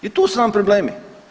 I tu su nam problemi.